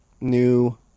new